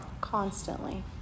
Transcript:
constantly